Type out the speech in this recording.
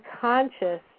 conscious